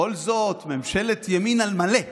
בכל זאת ממשלת ימין על מלא,